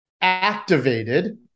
activated